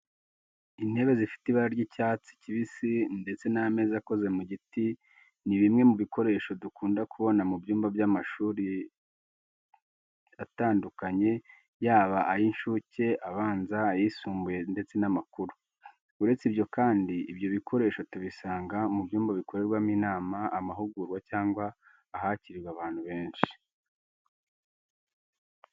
Intebe zifite ibara ry'icyatsi kibisi ndetse n'ameza akoze mu giti ni bimwe mu bikoresho dukunda kubona mu byumba by'amashuri tandukanye yaba ay'incuke, abanza, ayisumbuye ndetse n'amakuru. Uretse ibyo kandi, ibyo bikoresho tubisanga mu byumba bikorerwamo inama, amahugurwa cyangwa ahakiririrwa abantu benshi.